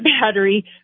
battery